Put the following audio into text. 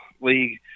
league